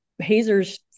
hazers